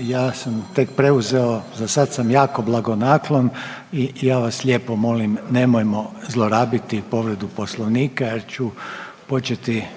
Ja sam tek preuzeo, za sad sam jako blagonaklon i ja vas lijepo molim nemojmo zlorabiti povredu Poslovnika jer ću početi